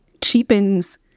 cheapens